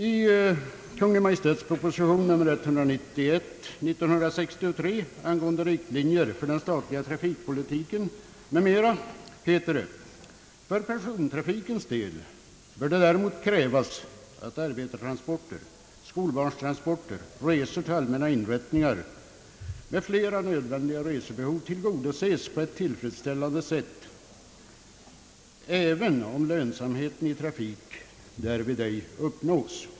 I Kungl. Maj:ts proposition nr 191 år 1963 angående riktlinjer för den statliga trafikpolitiken m.m. heter det: »För persontrafikens del bör det däremot krävas att arbetartransporter, skolbarnstransporter, resor till allmänna inrättningar med flera nödvändiga resebehov tillgodoses på ett tillfredsställande sätt, även om lönsamheten i trafiken därvid ej uppnås.